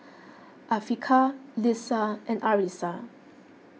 Afiqah Lisa and Arissa